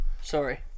sorry